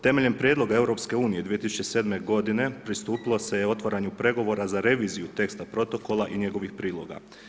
Temeljem prijedloga EU 2007. godine pristupilo se otvaranju pregovora za reviziju teksta protokola i njegovih priloga.